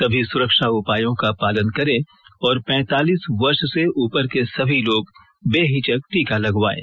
सभी सुरक्षा उपायों का पालन करें और पैंतालीस वर्ष से उपर के सभी लोग बेहिचक टीका लगवायें